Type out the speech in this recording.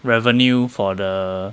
revenue for the